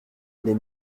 les